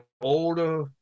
older